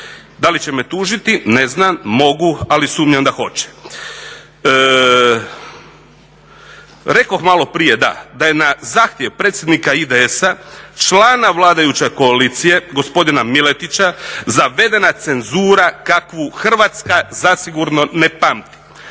Da li će me tužiti, ne znam, mogu ali sumnjam da hoće. Rekoh malo prije da, da je na zahtjev predsjednika IDS člana vladajuće koalicije gospodina Miletića zavedena cenzura kakvu Hrvatska zasigurno ne pamti.